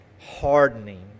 hardening